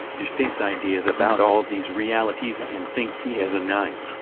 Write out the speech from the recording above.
distinct ideas about all these realities and thinks he has a nice,